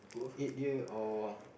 eat here or